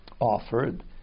offered